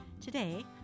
today